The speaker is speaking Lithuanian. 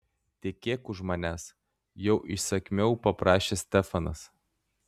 tekėk už manęs jau įsakmiau paprašė stefanas